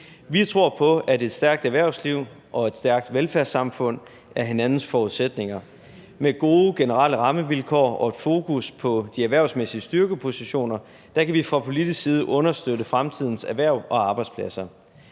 Vi tror på, at et stærkt erhvervsliv og et stærkt velfærdssamfund er hinandens forudsætninger. Med gode generelle rammevilkår og et fokus på de erhvervsmæssige styrkepositioner kan vi fra politisk side understøtte fremtidens erhverv og arbejdspladser.